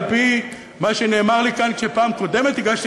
על-פי מה שנאמר לי כאן בפעם הקודמת שהגשתי